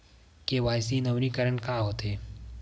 KYC नवीनीकरण का होथे?